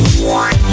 warren